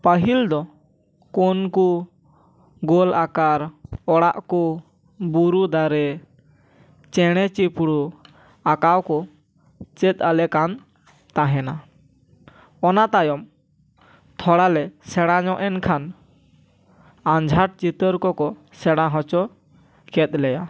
ᱯᱟᱹᱦᱤᱞ ᱫᱚ ᱠᱳᱱᱠᱩ ᱜᱳᱞ ᱟᱠᱟᱨ ᱚᱲᱟᱜ ᱠᱩ ᱵᱩᱨᱩ ᱫᱟᱨᱮ ᱪᱮᱬᱮ ᱪᱤᱯᱨᱩ ᱟᱸᱠᱟᱣ ᱠᱚ ᱪᱮᱫ ᱟᱞᱮ ᱠᱟᱱ ᱛᱟᱦᱮᱱᱟ ᱚᱱᱟ ᱛᱟᱭᱚᱢ ᱛᱷᱚᱲᱟ ᱞᱮ ᱥᱮᱬᱟ ᱧᱚᱜ ᱮᱱ ᱠᱷᱟᱱ ᱟᱸᱡᱷᱟᱴ ᱪᱤᱛᱟᱹᱨ ᱠᱚᱠᱚ ᱥᱮᱬᱟ ᱚᱪᱚ ᱠᱮᱫ ᱞᱮᱭᱟ